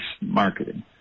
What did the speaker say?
Marketing